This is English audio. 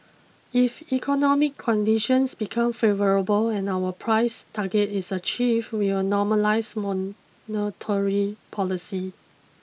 if economic conditions become favourable and our price target is achieved we will normalise monetary policy